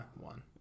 one